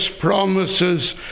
promises